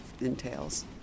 entails